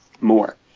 more